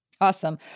Awesome